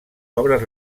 obres